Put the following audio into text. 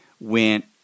went